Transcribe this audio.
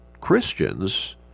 Christians